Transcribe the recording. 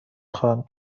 خواهم